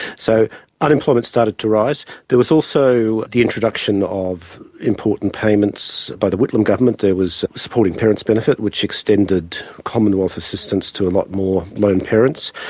so unemployment started to rise. there was also the introduction of important payments by the whitlam government there was supporting parents benefit, which extended commonwealth assistance to a lot more lone parents.